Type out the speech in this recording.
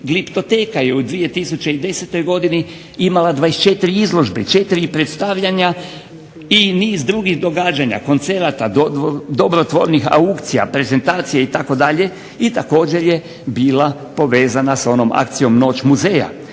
gliptoteka je u 2010. godini imala 24 izložbe, 4 predstavljanja i niz drugih događanja, koncerata, dobrotvornih aukcija, prezentacija itd. i također je bila povezana sa onom akcijom "Noć muzeja".